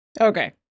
Okay